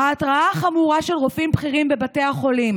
"ההתרעה החמורה של רופאים בכירים בבתי החולים"